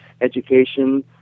education